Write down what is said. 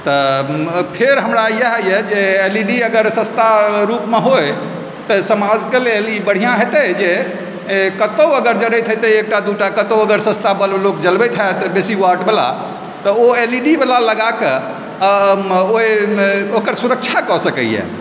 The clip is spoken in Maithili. तऽ फेर हमरा इएह यऽ जे एल ई डी अगर सस्ता रुपमे होइ तऽ समाजके लेल ई बढ़िआँ हेतै जे कतौ अगर जड़ैत हेतै एकटा दूटा कतौ अगर सस्ता बल्ब लोक जलबैत हैत बेसी वाटवला तऽ ओ एलईडीवला लगाकऽ ओहिमे ओकर सुरक्षा कऽ सकैए